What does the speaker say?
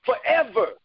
Forever